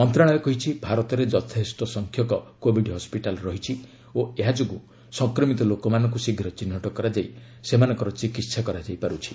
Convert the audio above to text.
ମନ୍ତ୍ରଣାଳୟ କହିଛି ଭାରତରେ ଯଥେଷ୍ଟ ସଂଖ୍ୟକ କୋଭିଡ୍ ହସ୍କିଟାଲ୍ ରହିଛି ଓ ଏହା ଯୋଗୁଁ ସଂକ୍ରମିତ ଲୋକମାନଙ୍କୁ ଶୀଘ୍ର ଚିହ୍ନଟ କରାଯାଇ ସେମାନଙ୍କର ଚିକିତ୍ସା କରାଯାଇ ପାରୁଛି